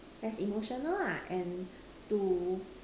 as emotional are and to